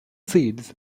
seeds